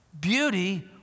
Beauty